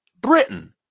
Britain